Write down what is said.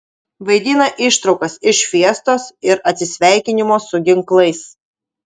vaidina ištraukas iš fiestos ir atsisveikinimo su ginklais